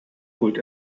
holt